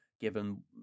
given